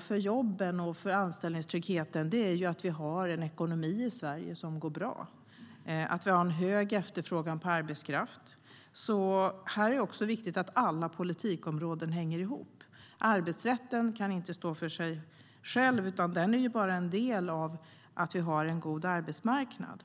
för jobben och anställningstryggheten, herr talman, är ändå att vi har en ekonomi i Sverige som går bra - att vi har en hög efterfrågan på arbetskraft. Det är därför viktigt att alla politikområden hänger ihop. Arbetsrätten kan inte stå för sig själv utan är bara en del i att vi har en god arbetsmarknad.